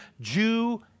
Jew